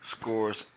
Scores